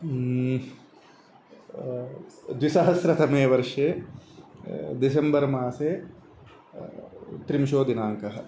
द्विसहस्रतमे वर्षे डिसेम्बर् मासे त्रिंशत् दिनाङ्कः